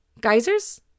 Geysers